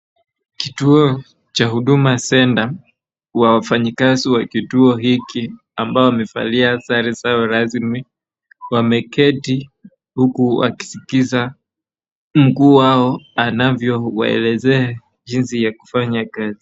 Kituo cha Huduma Centre, wafanyikazi wa kituo hiki ambao wamevalia sare zao rasmi wameketi, huku wakiskiza mkuu wao, anavyowaelezea jinsi ya kufanya kazi.